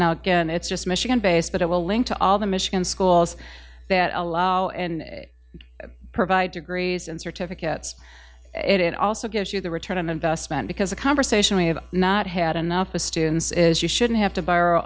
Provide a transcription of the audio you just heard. now again it's just michigan based but it will link to all the michigan schools that allow and provide degrees and certificates it also gives you the return on investment because a conversation we have not had enough with students is you shouldn't have to borrow